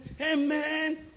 amen